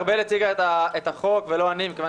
ארבל הציגה את הצעת החוק ולא אני מכיוון